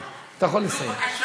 בבקשה.